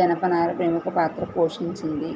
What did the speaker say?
జనపనార ప్రముఖ పాత్ర పోషించింది